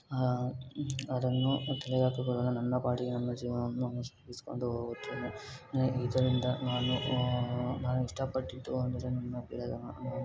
ಅದನ್ನು ತಲೆಗೆ ಹಾಕಿಕೊಳ್ಳದೆ ನನ್ನ ಪಾಡಿಗೆ ನನ್ನ ಜೀವನವನ್ನು ನಡೆಸಿಕೊಂಡು ಹೋಗುತ್ತೇನೆ ನನಗೆ ಇದರಿಂದ ನಾನು ನಾನು ಇಷ್ಟಪಟ್ಟಿದ್ದು ಅಂದರೆ ನನ್ನ ಗೆಳೆತನ